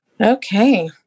Okay